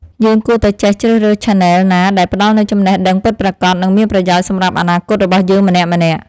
យើងគួរតែចេះជ្រើសរើសឆានែលណាដែលផ្តល់នូវចំណេះដឹងពិតប្រាកដ និងមានប្រយោជន៍សម្រាប់អនាគតរបស់យើងម្នាក់ៗ។